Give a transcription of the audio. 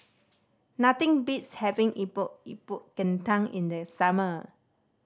nothing beats having Epok Epok Kentang in the summer